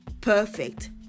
perfect